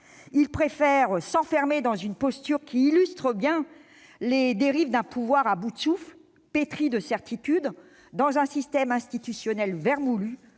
Il préfère s'enfermer dans une posture qui illustre bien les dérives d'un pouvoir à bout de souffle, pétri de certitudes, dans un système institutionnel vermoulu,